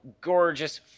gorgeous